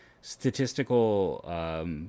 statistical